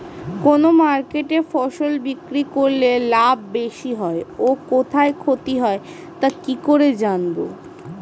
কোন মার্কেটে ফসল বিক্রি করলে লাভ বেশি হয় ও কোথায় ক্ষতি হয় তা কি করে জানবো?